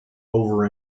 over